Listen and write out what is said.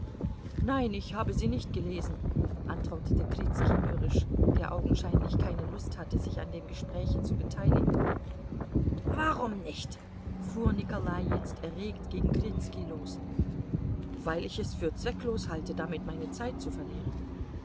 nein ich habe sie nicht gelesen antwortete krizki mürrisch der augenscheinlich keine lust hatte sich an dem gespräche zu beteiligen warum nicht fuhr nikolai jetzt erregt gegen krizki los weil ich es für zwecklos halte damit meine zeit zu verlieren